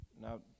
Now